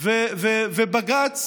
ובג"ץ